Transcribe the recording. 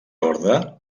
orde